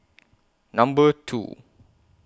Number two